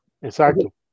Exacto